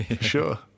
sure